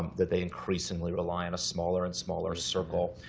that they increasingly rely on a smaller and smaller circle,